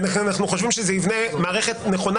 ואנחנו חושבים שזה יבנה מערכת טובה ונכונה